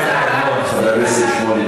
חבר הכנסת שמולי,